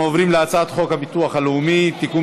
אנחנו עוברים להצעת חוק הביטוח הלאומי (תיקון